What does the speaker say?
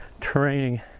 training